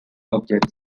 objects